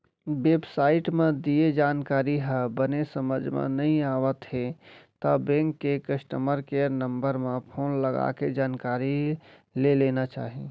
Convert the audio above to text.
web site म दिये जानकारी ह बने समझ म नइ आवत हे त बेंक के कस्टमर केयर नंबर म फोन लगाके जानकारी ले लेना चाही